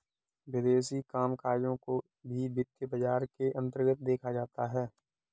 विदेशी कामकजों को भी वित्तीय बाजार के अन्तर्गत देखा जाता है